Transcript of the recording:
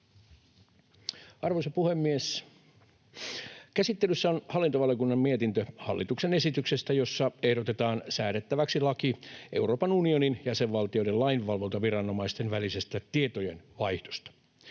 Arvoisa puhemies! Käsittelyssä on hallintovaliokunnan mietintö hallituksen esityksestä, jossa ehdotetaan säädettäväksi laki Euroopan unionin jäsenvaltioiden lainvalvontaviranomaisten välisestä tietojenvaihdosta.